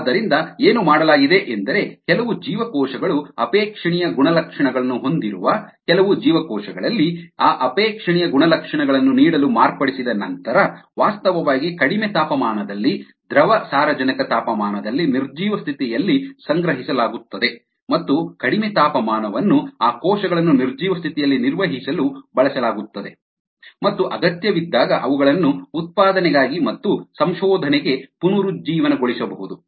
ಆದ್ದರಿಂದ ಏನು ಮಾಡಲಾಗಿದೆಯೆಂದರೆ ಕೆಲವು ಜೀವಕೋಶಗಳು ಅಪೇಕ್ಷಣೀಯ ಗುಣಲಕ್ಷಣಗಳನ್ನು ಹೊಂದಿರುವ ಕೆಲವು ಜೀವಕೋಶಗಳಲ್ಲಿ ಆ ಅಪೇಕ್ಷಣೀಯ ಗುಣಲಕ್ಷಣಗಳನ್ನು ನೀಡಲು ಮಾರ್ಪಡಿಸಿದ ನಂತರ ವಾಸ್ತವವಾಗಿ ಕಡಿಮೆ ತಾಪಮಾನದಲ್ಲಿ ದ್ರವ ಸಾರಜನಕ ತಾಪಮಾನದಲ್ಲಿ ನಿರ್ಜೀವ ಸ್ಥಿತಿಯಲ್ಲಿ ಸಂಗ್ರಹಿಸಲಾಗುತ್ತದೆ ಮತ್ತು ಕಡಿಮೆ ತಾಪಮಾನವನ್ನು ಆ ಕೋಶಗಳನ್ನು ನಿರ್ಜೀವ ಸ್ಥಿತಿಯಲ್ಲಿ ನಿರ್ವಹಿಸಲು ಬಳಸಲಾಗುತ್ತದೆ ಮತ್ತು ಅಗತ್ಯವಿದ್ದಾಗ ಅವುಗಳನ್ನು ಉತ್ಪಾದನೆಗಾಗಿ ಮತ್ತು ಸಂಶೋಧನೆಗೆ ಪುನರುಜ್ಜೀವನಗೊಳಿಸಬಹುದು